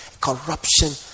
corruption